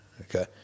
okay